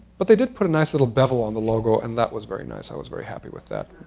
but they did put a nice little bevel on the logo, and that was very nice. i was very happy with that.